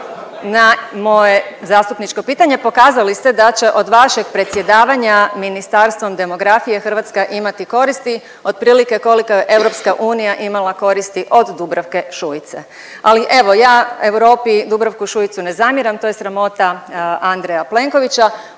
na moje zastupničko pitanje, pokazali ste da će od vašeg predsjedavanja ministarstvom demografije Hrvatska imati koristili otprilike koliko je Europske unija imala koristi od Dubravke Šuice. Ali evo ja Europi Dubravku Šuicu ne zamjeram, to je sramota Andreja Plenkovića.